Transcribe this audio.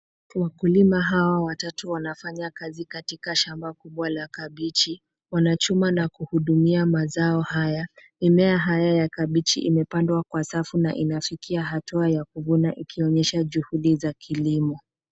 Wakulima hawa watatu wanafanya kazi katika shamba kubwa la kabichi. Wanachuma na kuhudumia mazao haya . Kabichi imepandwa kwa safu na inafikia hatua ya kuvuna, ikionyesha juhudi za kilimo.